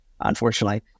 unfortunately